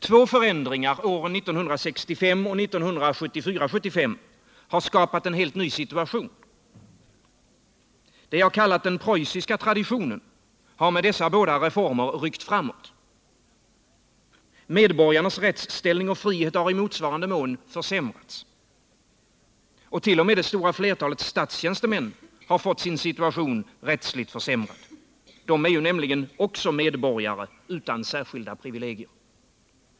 Två förändringar åren 1965 samt 1974 och 1975 har skapat en helt ny situation. Det jag kallat den preussiska traditionen har med dessa båda reformer ryckt framåt. Medborgarnas rättsställning och frihet har i motsvarande mån försämrats. Och t.o.m. det stora flertalet statstjänstemän har fått sin situation rättsligt försämrad. De är ju nämligen också medborgare utan särskilda privilegier.